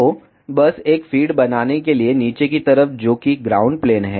तो बस एक फीड बनाने के लिए नीचे की तरफ जो कि ग्राउंड प्लेन है